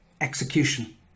execution